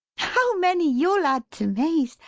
how many you ll add to may's,